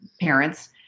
parents